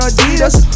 Adidas